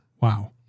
wow